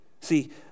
See